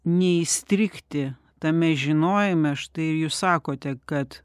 neįstrigti tame žinojime štai ir jūs sakote kad